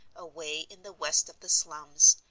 away in the west of the slums,